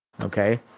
okay